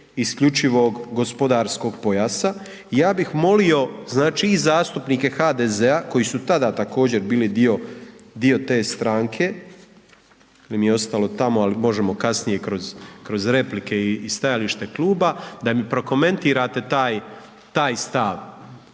isključivog gospodarskog pojasa, ja bih molio, znači, i zastupnike HDZ-a koji su tada također bili dio te stranke, il mi je ostalo tamo, ali možemo kasnije kroz replike i stajalište kluba, da mi prokomentirate taj stav,